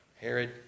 Herod